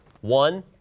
One